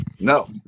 No